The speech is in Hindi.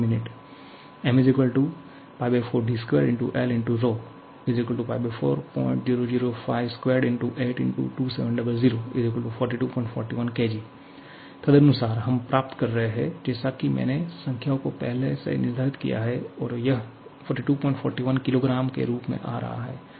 Δt 1 min 𝑚 4d2L400052 x 8 x 2700 4241 𝑘𝑔 तदनुसार हम प्राप्त कर रहे हैं जैसा कि मैंने संख्याओं को पहले से निर्धारित किया है और यह 4241 किलोग्राम के रूप में आ रहा है